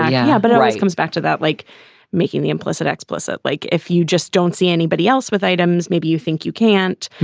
yeah but a right comes back to that, like making the implicit explicit, like if you just don't see anybody else with items, maybe you think you can't.